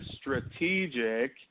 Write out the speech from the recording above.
strategic